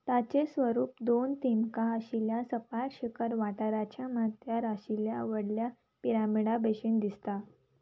ताचे स्वरूप दोन तेमकां आशिल्ल्या सपार शेखर वाठाराच्या मत्यार आशिल्ल्या व्हडल्या पिरामीडा भशेन दिसता